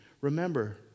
remember